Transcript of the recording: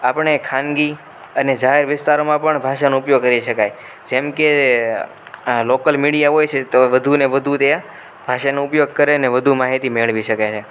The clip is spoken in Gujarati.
આપણે ખાનગી અને જાહેર વિસ્તારોમાં પણ ભાષાનો ઉપયોગ કરી શકાય જેમકે આ લોકલ મીડિયા હોય છે તો વધુને વધુ તે ભાષાનો ઉપયોગ કરે ને વધુ માહિતી મેળવી શકે છે